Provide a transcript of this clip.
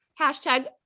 hashtag